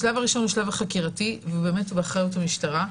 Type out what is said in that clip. השלב הראשון הוא השלב החקירתי והוא באמת באחריות המשטרה.